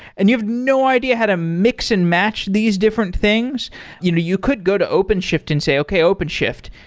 and you have no idea how to mix and match these different things you you could go to openshift and say, okay, openshift.